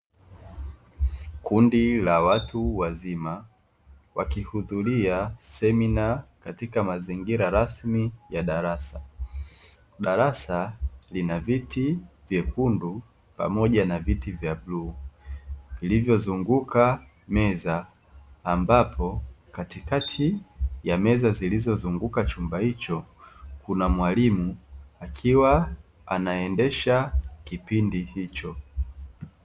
Kundi la watu wazima wakihudhuria semina katika mazingira rasmi ya darasa. Darasa lina viti vyekundu pamoja na viti vya bluu vilizozunguka meza, ambapo katikati ya meza zilizozunguka chumba hicho, kuna mwalimu akiwa anaendesha kipindi hicho.